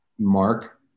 Mark